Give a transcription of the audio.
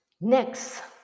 Next